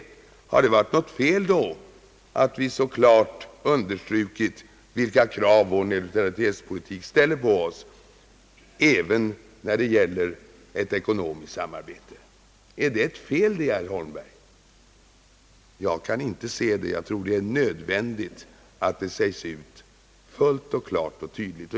Men är det då något fel att vi så klart har understrukit vilka krav vår neutralitetspolitik ställer på oss även när det gäller ett ekonomiskt samarbete? Jag kan inte se det. Det är nödvändigt att det sägs ut klart och tydligt.